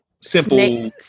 simple